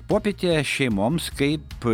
popietė šeimoms kaip